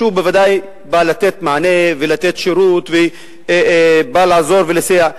שהוא בוודאי בא לתת מענה ולתת שירות ובא לעזור ולסייע,